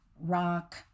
rock